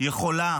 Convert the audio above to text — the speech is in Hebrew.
יכולה